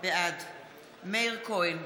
בעד מאיר כהן,